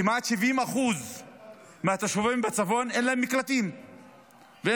כמעט 70% מהתושבים אין להם מקלטים ואין